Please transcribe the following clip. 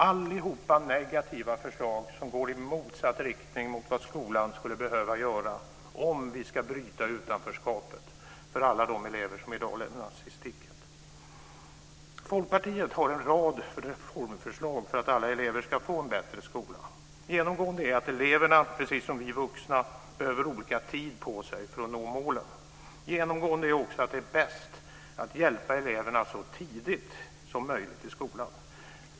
Allt detta är negativa förslag, som går i motsatt riktning mot vad skolan skulle behöva göra om vi ska bryta utanförskapet för alla de elever som i dag lämnas i sticket. Folkpartiet har en rad reformförslag för att alla elever ska få en bättre skola. Genomgående är att eleverna, precis som vi vuxna, behöver olika tid på sig för att nå målen. Genomgående är också att det är bäst att hjälpa eleverna så tidigt som möjligt i skolan.